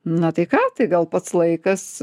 na tai ką tai gal pats laikas